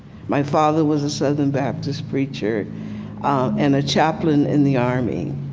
my father was a southern baptist preacher and a chaplain in the army.